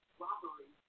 robbery